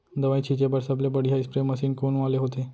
दवई छिंचे बर सबले बढ़िया स्प्रे मशीन कोन वाले होथे?